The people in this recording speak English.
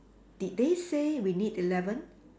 did they say we need eleven